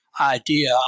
idea